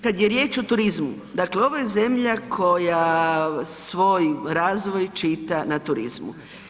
Kada je riječ o turizmu, dakle ovo je zemlja koja svoj razvoj čita na turizmu.